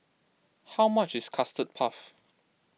how much is Custard Puff